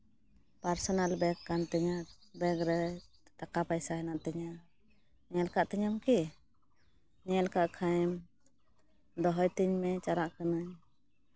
personal bag ᱠᱟᱱ ᱛᱤᱧᱟ bag ᱨᱮ ᱴᱟᱠᱟ ᱯᱚᱭᱥᱟ ᱦᱮᱱᱟᱜ ᱛᱤᱧᱟ ᱧᱮᱞ ᱠᱟᱜ ᱛᱤᱧᱟᱢ ᱠᱤ ᱧᱮᱞ ᱠᱟᱜ ᱠᱷᱟᱡ ᱮᱢ ᱫᱚᱦᱚᱭ ᱛᱤᱧ ᱢᱮ ᱪᱟᱞᱟᱜ ᱠᱟᱹᱱᱟᱹᱧ